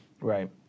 Right